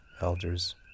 elders